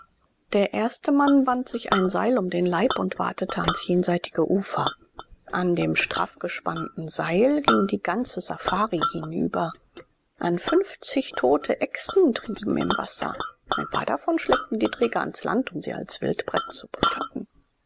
der erste mann band sich ein seil um den leib und watete ans jenseitige ufer an dem straff gespannten seil ging die ganze safari hinüber an fünfzig tote echsen trieben im wasser ein paar davon schleppten die träger ans land um sie als wildbret zu braten